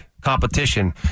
competition